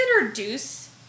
introduce